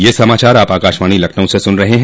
ब्रे क यह समाचार आप आकाशवाणी लखनऊ से सुन रहे हैं